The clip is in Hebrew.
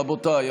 רבותיי,